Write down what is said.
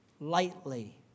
Lightly